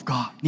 God